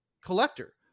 collector